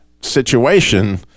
situation